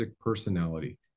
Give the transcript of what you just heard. personality